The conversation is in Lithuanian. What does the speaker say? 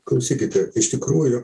klausykite iš tikrųjų